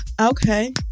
Okay